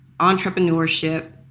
entrepreneurship